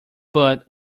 but